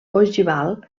ogival